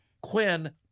Quinn